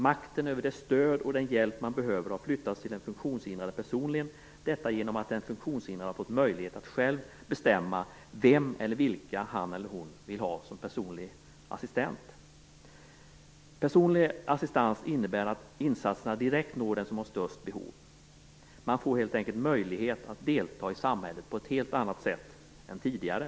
Makten över det stöd och den hjälp som man behöver har flyttats till den funktionshindrade personligen genom att den funktionshindrade har fått möjlighet att själv bestämma vem eller vilka han eller hon vill ha som personlig assistent. Personlig assistans innebär att insatserna direkt når den som har störst behov. Man får helt enkelt möjlighet att delta i samhället på ett helt annat sätt än tidigare.